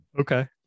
Okay